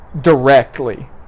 directly